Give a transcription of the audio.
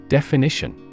Definition